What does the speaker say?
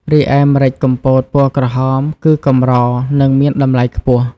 រីឯម្រេចកំពតពណ៌ក្រហមគឺកម្រ និងមានតម្លៃខ្ពស់។